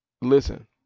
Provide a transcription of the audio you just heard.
listen